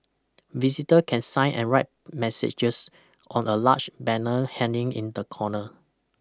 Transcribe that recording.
visitor can sign and write messages on a large banner hanging in the corner